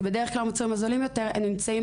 כי בדרך כלל המוצרים הזולים יותר נמצאים